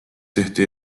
tehti